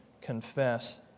confess